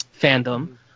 fandom